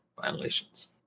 violations